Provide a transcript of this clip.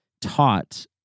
taught